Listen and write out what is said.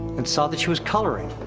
and saw that she was coloring.